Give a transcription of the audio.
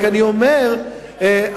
אני רק אומר,